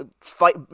fight